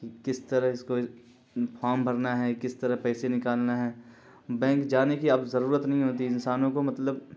کہ کس طرح اس کو فارم بھرنا ہیں کس طرح پیسے نکالنا ہیں بینک جانے کی اب ضرورت نہیں ہوتی انسانوں کو مطلب